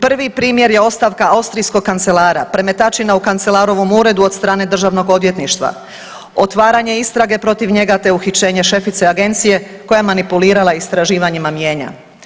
Prvi primjer je ostavka austrijskog Kancelara, premetačina u kancelarovom uredu od strane Državnog odvjetništva, otvaranje istrage protiv njega, te uhićenje šefice Agencije koja je manipulirala istraživanjima mijenja.